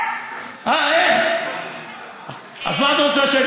איך, אני רוצה שהאוצר